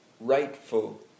rightful